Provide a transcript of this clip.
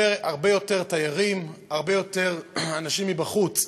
הרבה יותר תיירים, הרבה יותר אנשים מבחוץ,